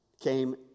came